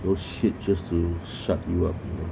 those shit just to shut you up